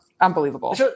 unbelievable